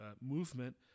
movement